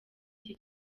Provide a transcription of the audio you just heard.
iki